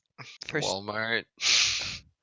Walmart